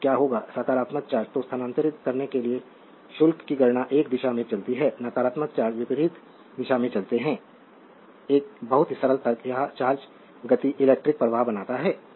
तो क्या होगा सकारात्मक चार्ज को स्थानांतरित करने के लिए शुल्क की गणना एक दिशा में चलती है और नकारात्मक चार्ज विपरीत दिशा में चलते हैं एक बहुत ही सरल तर्क यह चार्ज गति इलेक्ट्रिक प्रवाह बनाता है